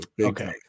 Okay